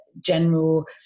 general